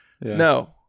No